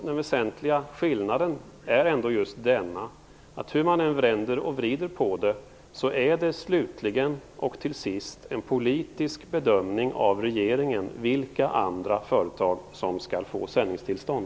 Den väsentliga skillnaden mellan oss är ändå just att hur man än vrider och vänder på saken, så är det slutligen ändå frågan om en politisk bedömning från regeringen av vilka andra företag som skall få sändningstillstånd.